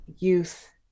youth